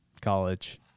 college